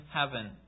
heaven